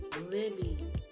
living